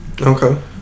Okay